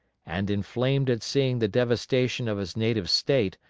and, inflamed at seeing the devastation of his native state,